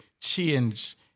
change